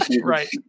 Right